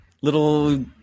little